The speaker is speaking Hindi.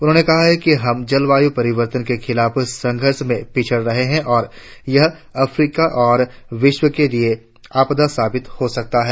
उन्होंने कहा कि हम जलवायु परिवर्तन के खिलाफ संघर्ष में पिछड़ रहे है और यह अफ्रीका और विश्व के लिये आपदा साबित हो सकता है